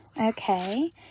Okay